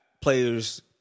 players